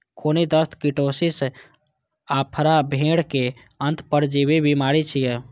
खूनी दस्त, कीटोसिस, आफरा भेड़क अंतः परजीवी बीमारी छियै